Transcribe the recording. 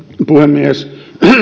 puhemies